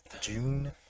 June